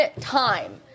time